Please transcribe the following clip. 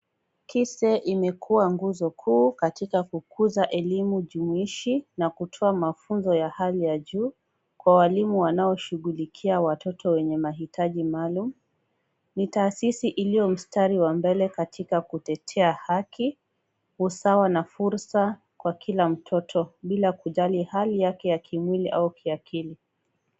KISE imekua nguzo kuu katika kukuza elimu jumuishi na kutoa mafunzo ya hali ya juu kwa walimu wanaoshughulikia watoto wenye mahitaji maalum. Ni taasisi iliyo mstari wa mbele katika kutetea haki, usawa na fursa kwa kila mtoto bila kujali hali yake ya kimwili au kiakili.